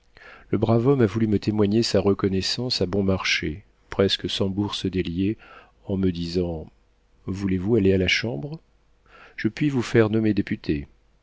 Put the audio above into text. le brave homme a voulu me témoigner sa reconnaissance à bon marché presque sans bourse délier en me disant voulez-vous aller à la chambre je puis vous faire nommer député